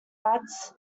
rats